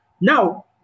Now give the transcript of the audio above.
Now